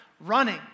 running